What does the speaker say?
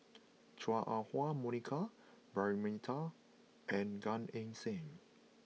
Chua Ah Huwa Monica Braema Mathi and Gan Eng Seng